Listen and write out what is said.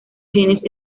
genes